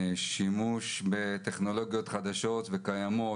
שימוש בטכנולוגיות חדשות וקיימות,